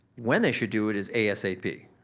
when they should do it is asap,